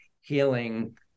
healing